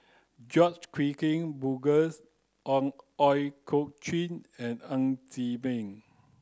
George Edwin Bogaars on Ooi Kok Chuen and Ng Chee Meng